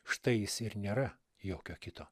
štai jis ir nėra jokio kito